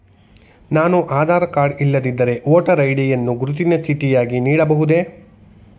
ನಾನು ಆಧಾರ ಕಾರ್ಡ್ ಇಲ್ಲದಿದ್ದರೆ voter ID ಯನ್ನು ಗುರುತಿನ ಚೀಟಿಯಾಗಿ ನೀಡಬಹುದೇ?